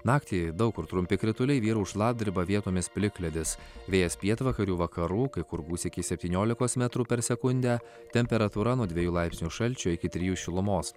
naktį daug kur trumpi krituliai vyraus šlapdriba vietomis plikledis vėjas pietvakarių vakarų kai kur gūsiai iki septyniolikos metrų per sekundę temperatūra nuo dviejų laipsnių šalčio iki trijų šilumos